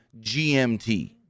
GMT